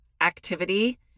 activity